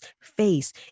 face